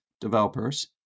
developers